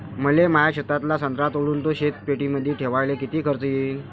मले माया शेतातला संत्रा तोडून तो शीतपेटीमंदी ठेवायले किती खर्च येईन?